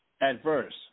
Adverse